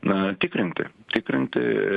na tikrinti tikrinti